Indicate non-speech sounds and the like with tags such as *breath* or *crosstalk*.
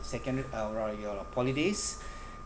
secondary uh your poly days *breath*